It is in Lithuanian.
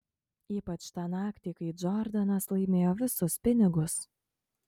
ypač tą naktį kai džordanas laimėjo visus pinigus